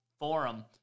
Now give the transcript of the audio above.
forum